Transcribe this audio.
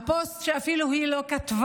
על פוסט שאפילו היא לא כתבה.